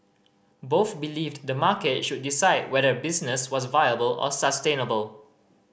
both believed the market should decide whether a business was viable or sustainable